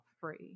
free